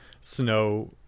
snow